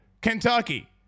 Kentucky